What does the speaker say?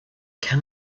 can